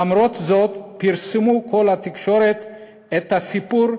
למרות זאת פרסמו כלי התקשורת את הסיפור,